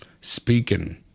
speaking